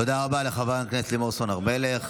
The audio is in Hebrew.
תודה רבה לחברת הכנסת לימור סון הר מלך,